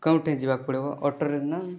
କେଉଁଠି ଯିବାକୁ ପଡ଼ିବ ଅଟୋରେ ନା